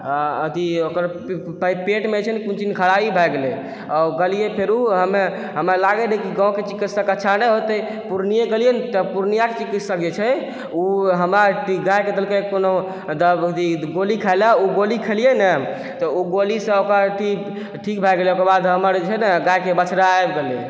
अथी ओकर पेटमे जे छै ने कोनो चीजमे खराबी भए गेलै आओर ओ देलियै फेरो हमे हमरा लागै रहै कि गाँवके चिकित्सक अच्छा नहि होतै पूर्णिये गेलियै ने तऽ पूर्णियाके चिकित्सक जे छै ओ हमरा गायके देलकै कोनो गोली खाय लए ओ गोली खेलियै ने तऽ ओ गोलीसँ ओकर अथी ठीक भए गेलै ओकर बाद हमर जे छै ने गायके बछड़ा आबि गेलै